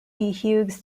hughes